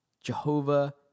Jehovah